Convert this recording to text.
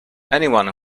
anyone